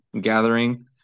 gathering